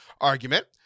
argument